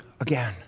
again